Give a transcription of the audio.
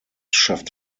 schafft